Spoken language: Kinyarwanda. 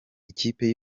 ikipe